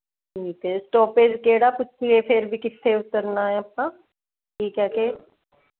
ਠੀਕ ਹੈ ਸਟੋਪੇਜ਼ ਕਿਹੜਾ ਪੁੱਛੀਏ ਫੇਰ ਵੀ ਕਿੱਥੇ ਉਤਰਨਾ ਹੈ ਆਪਾਂ ਕੀ ਕਹਿ ਕੇ